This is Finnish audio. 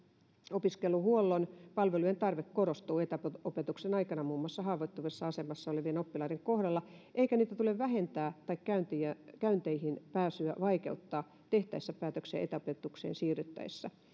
opiskeluhuollon palvelujen tarve korostuu etäopetuksen aikana muun muassa haavoittuvassa asemassa olevien oppilaiden kohdalla eikä niitä tule vähentää tai käynteihin pääsyä vaikeuttaa tehtäessä päätöksiä etäopetukseen siirryttäessä